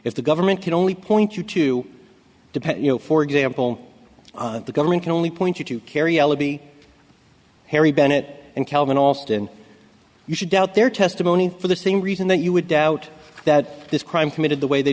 if the government can only point you to depend you know for example the government can only point you to carry ellaby harry bennett and calvin alston you should doubt their testimony for the same reason that you would doubt that this crime committed the way they